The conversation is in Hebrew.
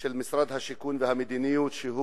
של משרד השיכון והמדיניות שהוא